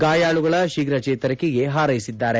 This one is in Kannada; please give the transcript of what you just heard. ಗಾಯಾಳುಗಳ ಶೀಘ್ರ ಚೇತರಿಕೆಗೆ ಹಾರೈಸಿದ್ದಾರೆ